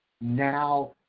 now